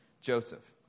Joseph